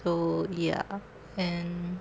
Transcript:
so ya and